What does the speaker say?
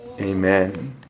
Amen